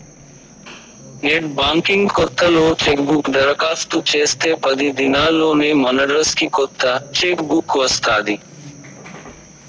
net banking లో కొత్త chequebook దరకాస్తు చేస్తే పది దినాల్లోనే మనడ్రస్కి కొత్త చెక్ బుక్ వస్తాది